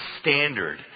standard